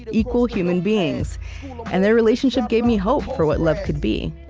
equal human beings and their relationship gave me hope for what love could be